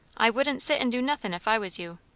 i wouldn't sit and do nothin', if i was you.